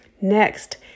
Next